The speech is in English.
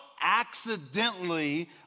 accidentally